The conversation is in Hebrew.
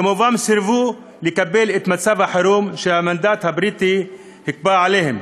כמובן סירבו לקבל את מצב החירום שהמנדט הבריטי כפה עליהם.